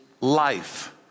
life